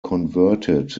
converted